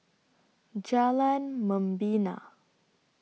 Jalan Membina